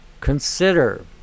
Consider